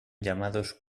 llamados